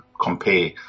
compare